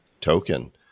token